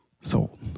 sold